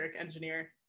engineer